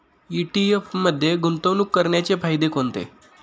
ETF मध्ये गुंतवणूक करण्याचे फायदे कोणते?